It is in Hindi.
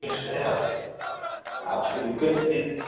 रिक्वेस्ट है आपसे आपसे रिक्वेस्ट जित